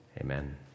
amen